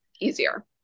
easier